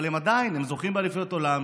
אבל עדיין הם זוכים באליפויות עולם,